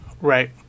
Right